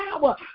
power